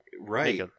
right